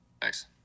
Thanks